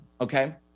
okay